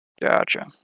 Gotcha